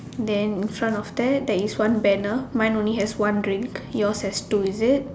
then in front of that there is one banner mine only has one drink yours has two is it